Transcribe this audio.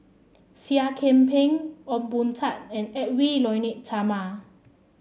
Seah Kian Peng Ong Boon Tat and Edwy Lyonet Talma